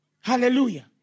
Hallelujah